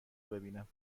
ببینم